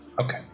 Okay